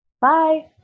Bye